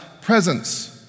presence